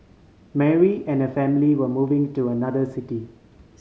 Mary and her family were moving to another city